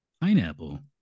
pineapple